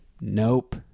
Nope